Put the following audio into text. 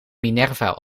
minerva